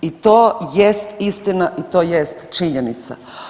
I to jest istina i to jest činjenica.